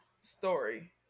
story